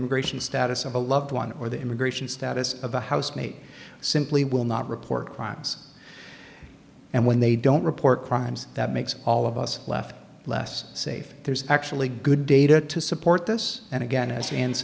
immigration status of a loved one or the immigration status of a housemate simply will not report crimes and when they don't report crimes that makes all of us left less safe there's actually good data to support this and again a